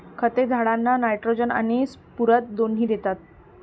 खते झाडांना नायट्रोजन आणि स्फुरद दोन्ही देतात